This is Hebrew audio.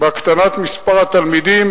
בהקטנת מספר התלמידים